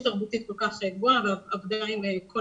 תרבותית כל כך גבוהה ועבודה עם כל